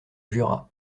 jura